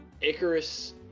Icarus